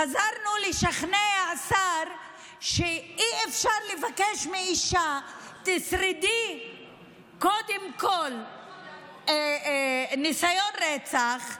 חזרנו לשכנע שר שאי-אפשר לבקש מאישה שתשרוד קודם כול ניסיון רצח,